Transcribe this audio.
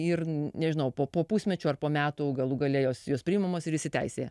ir nežinau po pusmečio ar po metų galų gale jos jos priimamos ir įsiteisėja